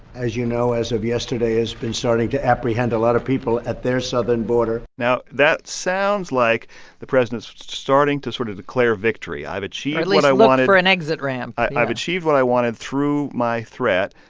as you know, as of yesterday has been starting to apprehend a lot of people at their southern border now, that sounds like the president's starting to sort of declare victory. i've achieved what i wanted. or and exit ramp. yeah i've achieved what i wanted through my threat.